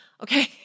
Okay